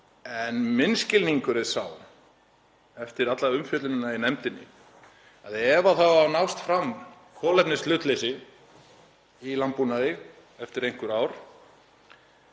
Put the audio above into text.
En minn skilningur er sá, eftir alla umfjöllunina í nefndinni, að ef það á að nást fram kolefnishlutleysi í landbúnaði eftir einhver ár